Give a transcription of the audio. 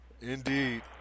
Indeed